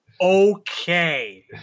Okay